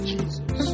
Jesus